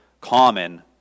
common